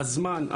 הזמן,